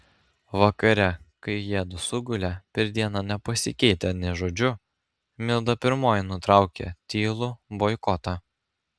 vakare kai jiedu sugulė per dieną nepasikeitę nė žodžiu milda pirmoji nutraukė tylų boikotą